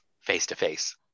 face-to-face